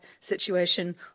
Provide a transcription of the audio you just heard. situation